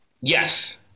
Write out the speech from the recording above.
Yes